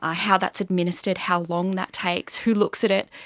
ah how that's administered, how long that takes, who looks at it,